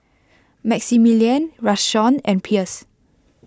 Maximilian Rashawn and Pierce